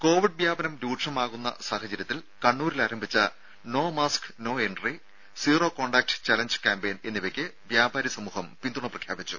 രുഭ കോവിഡ് വ്യാപനം രൂക്ഷമാകുന്ന സാഹചര്യത്തിൽ കണ്ണൂരിൽ ആരംഭിച്ച no mask no entry zero contact challenge campaign എന്നിവയ്ക്ക് വ്യാപാരി സമൂഹം പിന്തുണ പ്രഖ്യാപിച്ചു